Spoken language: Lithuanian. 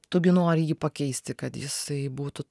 tu gi nori jį pakeisti kad jisai būtų